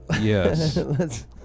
Yes